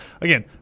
again